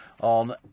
on